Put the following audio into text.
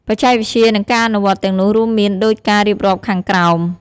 បច្ចេកវិទ្យា និងការអនុវត្តទាំងនោះរួមមានដូចការរៀបរាប់ខាងក្រោម។